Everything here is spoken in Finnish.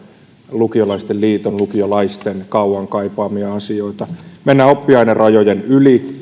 lukiolaisten liiton ja lukiolaisten kauan kaipaamia asioita mennään oppiainerajojen yli